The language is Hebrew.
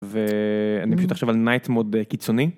ואני פשוט עכשיו על "night mode" קיצוני.